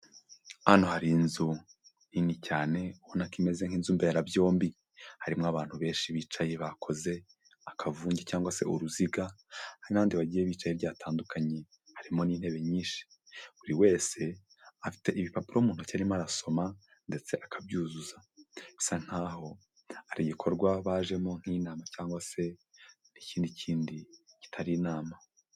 Hano hari inzu nini cyane ubona ko imeze nk'inzuberabyombi harimo abantu benshi bicaye bakoze akavunge cyangwa se uruziga hari n'abandi bagiye bicaye hirya batandukanye harimo n'intebe nyinshi, buri wese afite ibipapuro mu ntoki arimo arasoma ndetse akabyuzuza, bisa nk'aho ari igikorwa bajemo nk'inama cyangwa se n'ikindi kindi kitari inama.